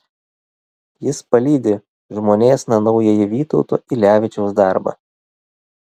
jis palydi žmonėsna naująjį vytauto ylevičiaus darbą